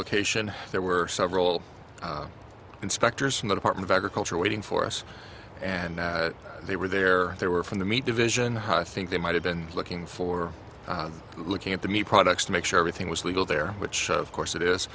location there were several inspectors from the department of agriculture waiting for us and they were there they were from the meat division ha think they might have been looking for looking at the meat products to make sure everything was legal there which of course it is